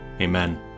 Amen